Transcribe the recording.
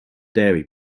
dairy